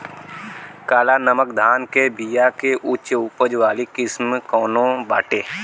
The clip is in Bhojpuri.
काला नमक धान के बिया के उच्च उपज वाली किस्म कौनो बाटे?